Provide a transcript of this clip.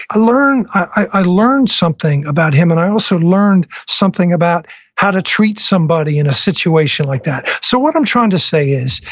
i learned i learned something about him, and i also learned something about how to treat somebody in a situation like that. so what i'm trying to say is,